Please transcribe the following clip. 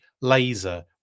Laser